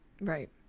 right